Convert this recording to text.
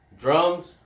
drums